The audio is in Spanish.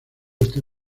está